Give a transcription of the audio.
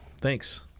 Thanks